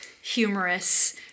humorous